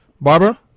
Barbara